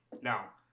Now